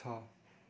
छ